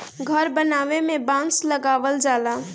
घर बनावे में बांस लगावल जाला